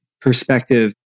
perspective